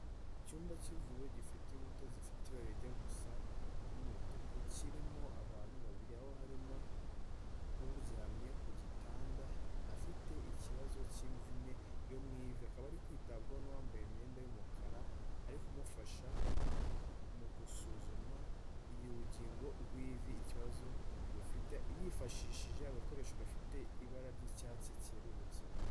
Icyumba cy'ivuro gifite inkuta zifite ibara rijya gusa n'umutuku, kirimo abantu babiri aho harimo uryamye ku gitanda afite ikibazo cy'imvune yo mu ivi. Akaba ari kwitabwa n'uwambaye imyenda y'umukara, ari kumufasha mu gusuzuma urugingo rw'ivi ikibazo rufite, yifashishije agakoresho gafite ibara ry'icyatsi kerurutse.